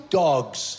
dogs